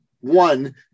One